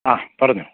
ആ പറഞ്ഞോ